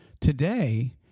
Today